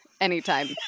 anytime